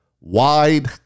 Wide